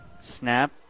Snap